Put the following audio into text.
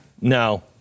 No